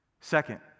Second